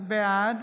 בעד